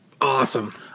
awesome